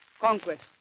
conquest